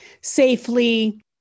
safely